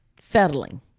Settling